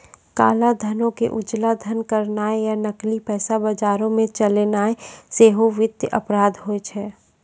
काला धनो के उजला धन करनाय या नकली पैसा बजारो मे चलैनाय सेहो वित्तीय अपराध होय छै